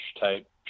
type